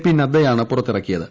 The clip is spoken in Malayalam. പി നദ്ദയാണ് പുറത്തിറക്കിയത്